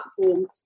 platform